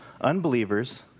Unbelievers